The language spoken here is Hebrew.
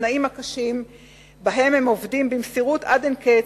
התנאים הקשים שבהם הם עובדים במסירות עד אין קץ,